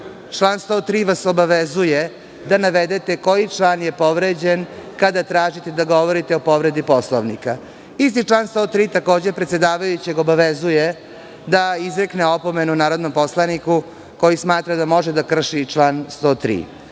103. vas obavezuje da navedete koji član je povređen, kada tražite da govorite o povredi Poslovnika. Isti član 103. obavezuje, takođe, predsedavajućeg da izrekne opomenu narodnom poslaniku koji smatra da može da krši član